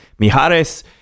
Mijares